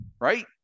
right